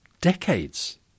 decades